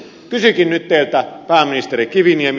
kysynkin nyt teiltä pääministeri kiviniemi